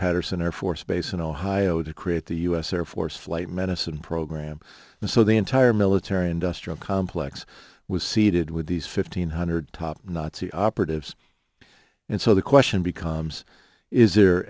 patterson air force base in ohio to create the u s air force flight medicine program and so the entire military industrial complex was seeded with these fifteen hundred top nazi operatives and so the question becomes is there